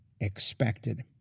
expected